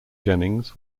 jennings